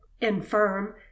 infirm